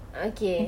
okay